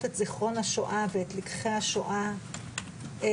את זיכרון השואה ואת לקחי השואה הלאה,